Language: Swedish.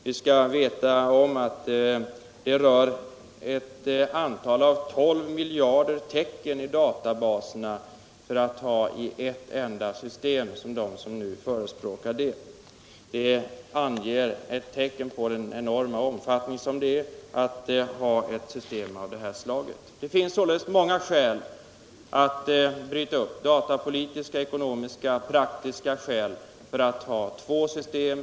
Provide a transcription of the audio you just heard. Vi skall komma ihåg att det rör sig om 12 miljarder tecken i databaserna i ett enda system. De som nu förespråkar detta bör ha den saken i minnet. Den ger en uppfattning om vad det gäller i ett system av detta slag. Det finns sålunda många skäl att bryta upp systemet — datapolitiska, ekonomiska och praktiska skäl — och ha två system.